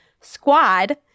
SQUAD